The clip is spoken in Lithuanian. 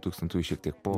tūkstantųjų šiek tiek po